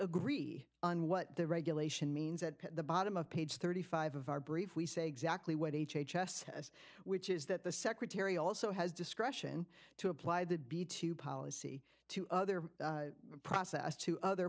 agree on what the regulation means at the bottom of page thirty five of our brief we say exactly what h h s has which is that the secretary also has discretion to apply that be to policy to other process to other